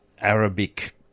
Arabic